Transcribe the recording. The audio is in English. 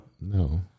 No